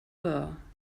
her